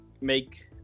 make